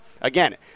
again